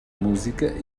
música